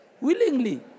willingly